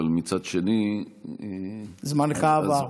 אבל מצד שני --- זמנך עבר.